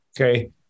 Okay